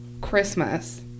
Christmas